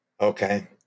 Okay